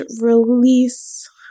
release